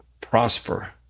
Prosper